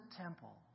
temple